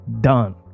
done